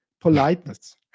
politeness